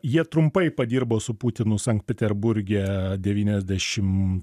jie trumpai padirbo su putinu sankt peterburge devyniasdešim